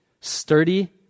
sturdy